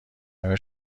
آیا